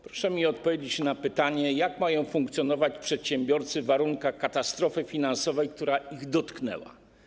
Proszę mi odpowiedzieć na pytanie, jak mają funkcjonować przedsiębiorcy w warunkach katastrofy finansowej, która ich dotknęła.